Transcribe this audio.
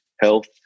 health